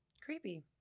creepy